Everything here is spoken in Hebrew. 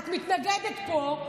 את מתנגדת פה,